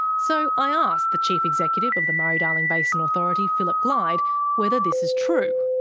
so i asked the chief executive of the murray-darling basin authority phillip glyde whether this is true.